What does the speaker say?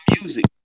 Music